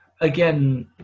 again